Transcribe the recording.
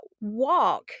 walk